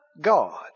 God